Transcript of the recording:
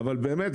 אבל באמת,